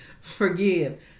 forgive